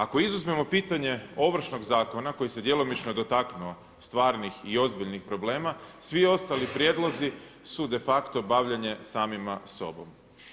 Ako izuzmemo pitanje Ovršnog zakona koji se djelomično dotaknuo stvarnih i ozbiljnih problema svi ostali prijedlozi su de facto bavljenje samima sobom.